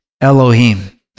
Elohim